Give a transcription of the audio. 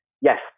yes